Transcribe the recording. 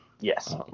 Yes